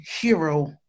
hero